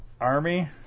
Army